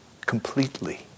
completely